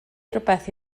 rywbeth